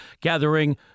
gathering